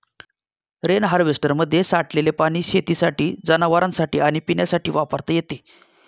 rain हार्वेस्टरमध्ये साठलेले पाणी शेतीसाठी, जनावरांनासाठी आणि पिण्यासाठी वापरता येते